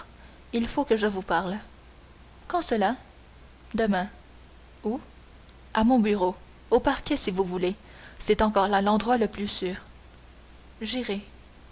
il faut que je vous parle quand cela demain où à mon bureau au parquet si vous voulez c'est encore là l'endroit le plus sûr j'irai